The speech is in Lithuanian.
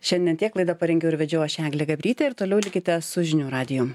šiandien tiek laidą parengiau ir vedžiau aš eglė gabrytė ir toliau likite su žinių radiju